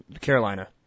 Carolina